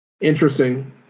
Interesting